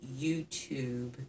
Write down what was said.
youtube